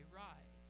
rise